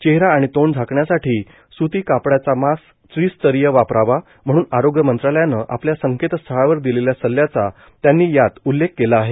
चेहरा आणि तोंड झाकण्यासाठी स्ती कापडाचा मास्क त्रिस्तरीय वापरावा म्हणून आरोग्य मंत्रालयानं आपल्या संकेतस्थळावर दिलेल्या सल्ल्याचा त्यांनी यात उल्लेख केला आहे